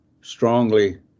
strongly